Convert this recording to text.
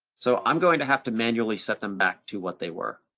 so i'm going to have to manually set them back to what they were,